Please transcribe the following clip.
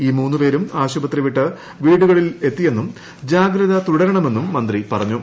ഈ മൂന്നുപേരും ആശുപത്രിവിട്ട് വീടുകളിലെത്തിയെന്നും ജാഗ്രത തുടരണമെന്നും മന്ത്രി പറഞ്ഞു